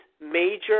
major